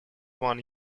one